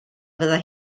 fyddai